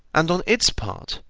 and on its part,